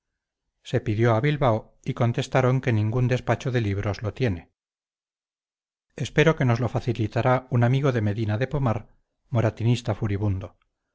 se pidió a bilbao y contestaron que ningún despacho de libros lo tiene espero que nos lo facilitará un amigo de medina de pomar moratinista furibundo